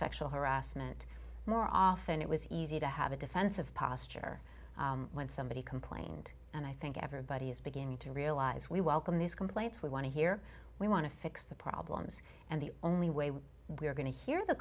sexual harassment more often it was easy to have a defensive posture when somebody complained and i think everybody is beginning to realize we welcome these complaints we want to hear we want to fix the problems and the only way we're going to hear the